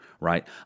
Right